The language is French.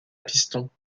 pistons